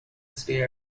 stay